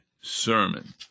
sermon